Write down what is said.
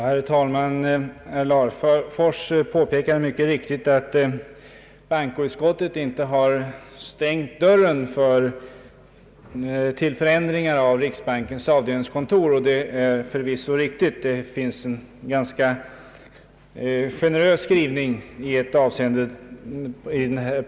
Herr talman! Herr Larfors påpekade mycket riktigt att bankoutskottet inte har stängt dörren för förändringar av riksbankens avdelningskontor. Det är förvisso riktigt. Det existerar en ganska generös skrivning i detta avseende.